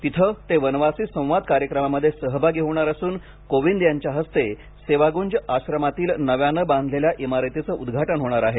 तिथे ते वनवासी संवाद कार्यक्रमामध्ये सहभागी होणार असून कोविंद यांच्या हस्ते सेवा कुंज आश्रमातील नव्याने बांधलेल्या इमारतीचे उद्घाटन होणार आहे